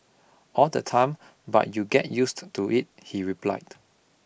all the time but you get used to it he replied